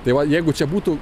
tai va jeigu čia būtų